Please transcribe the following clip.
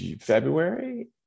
February